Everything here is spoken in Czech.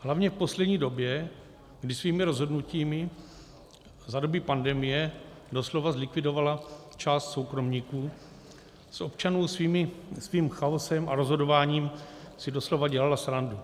Hlavně v poslední době, kdy svými rozhodnutím za doby pandemie doslova zlikvidovala část soukromníků, z občanů svým chaosem a rozhodováním si doslova dělala srandu.